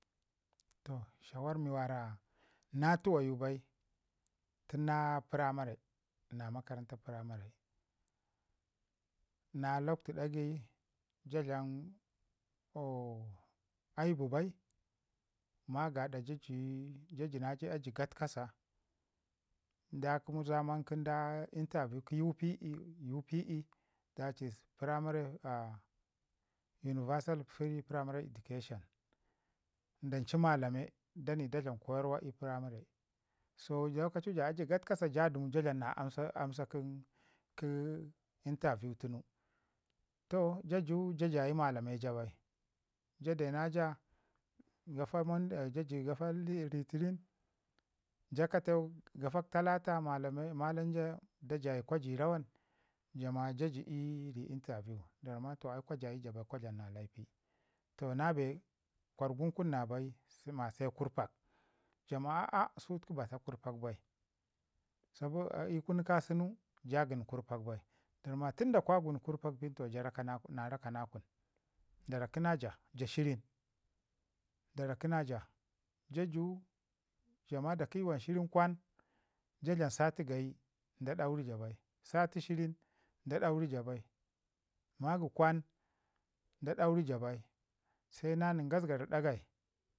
Toh shawar mi na tuwayu bai tun na makarant primary. Na lakwtu ɗaigai ja tlam aibu bai ma goɗa jaju na ja ii aji gatkasa nda kuma da kə zamangu kə UPE primary Universal Primary Tree Education. Duncu malame dani da dlam koyarwa ii primary, so lokacu ja ajii gatkasa ja du ja dlam na amsa "kən kə'kə" interview tun. Toh jaju ja jayi malame ja bai, ja deu na ja ja gafa modoy kafa rəterin ja kateu, gafa talata malame malam ja da jayi kwa ji rawan? Ja ma ja ju ii ri interview, ma toh ai kwajayu ja bai kwa dlam na laipi. Toh na bee gwagun na bai ma se kurpak ju ma a'a sutuku bata kurpak bai, sobada i kunu kasutunu ja kənu gurpak bai da ramma tunda kwa gəni kurpak bin toh ja rakana kun na rakana kun. Da rakinaka ja ja shirin. Da rakina ja. Jaju jama da kə yuwan shirin kwan ja dlam sati gayi da duri ja bai, sati shirin da dauri ja bai, magi kwan da dauri ja bai, se na nən gasgara ɗagai